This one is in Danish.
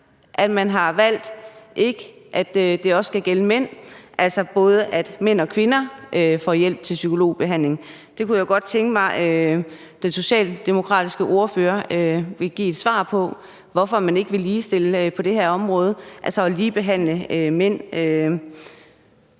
man har valgt, at det ikke også skal gælde mænd, altså så både mænd og kvinder får hjælp til psykologbehandling? Det kunne jeg godt tænke mig at den socialdemokratiske ordfører ville give et svar på, altså hvorfor man ikke vil ligestille på det her område, så mænd bliver ligebehandlet.